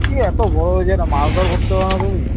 কী এত বড় হয়েছো একটা মাছ দর করতে পারো না তুমি